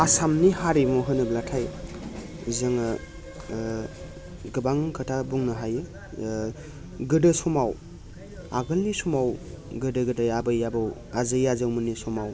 आसामनि हारिमु होनोब्लाथाय जोङो ओ गोबां खोथा बुंनो हायो ओ गोदो समाव आगोलनि समाव गोदो गोदाय आबै आबौ आजै आजौमोननि समाव